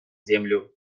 землю